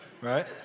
right